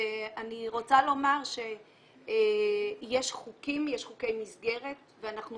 אני רוצה לומר שיש חוקי מסגרת ואנחנו